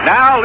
Now